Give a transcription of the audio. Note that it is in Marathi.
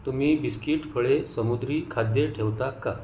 तुम्ही बिस्किट फळे समुद्री खाद्य ठेवता का